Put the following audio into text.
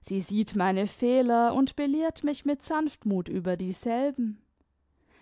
sie sieht meine fehler und belehrt mich mit sanftmut über dieselben